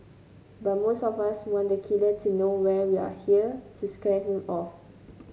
but most of us want the killer to know we are here to scare him off